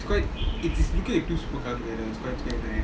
but if you could